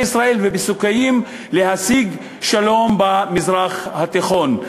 ישראל ובסיכויים להשיג שלום במזרח התיכון.